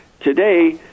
today